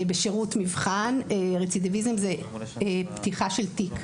בשירות מבחן רצידיביזם זה כל פתיחה של תיק.